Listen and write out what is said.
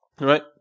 right